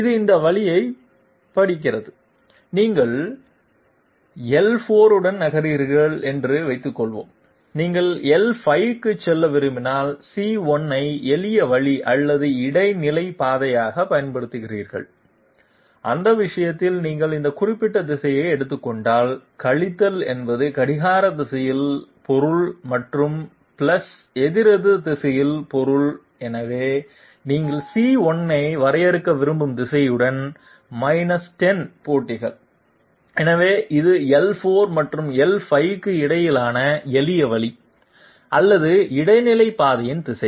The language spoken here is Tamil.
இது இந்த வழியைப் படிக்கிறது நீங்கள் l4 உடன் நகர்கிறீர்கள் என்று வைத்துக்கொள்வோம் நீங்கள் l5 க்குச் செல்ல விரும்பினால் c1 ஐ எளியவழி அல்லது இடைநிலை பாதையாகப் பயன்படுத்துகிறீர்கள் அந்த விஷயத்தில் நீங்கள் இந்த குறிப்பிட்ட திசையை எடுத்துக் கொண்டால் கழித்தல் என்பது கடிகார திசையில் பொருள் மற்றும் பிளஸ் எதிரெதிர் திசையில் பொருள் எனவே நீங்கள் c1 ஐ வரையறுக்க விரும்பும் திசையுடன் 10 போட்டிகள் எனவே இது l4 மற்றும் l5 க்கு இடையிலான எளியவழி அல்லது இடைநிலை பாதையின் திசை